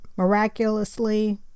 miraculously